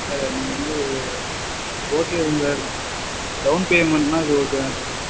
sir நீங்கள் வந்து okay ஆகும் சார் டவுன் பேமெண்ட்னால் அது ஓகே தான் சார்